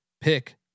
Pick